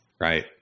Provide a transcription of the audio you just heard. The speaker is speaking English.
Right